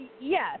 Yes